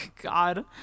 God